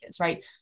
right